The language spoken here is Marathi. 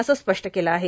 असं स्पष्ट केलं आहे